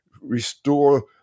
restore